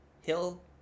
hill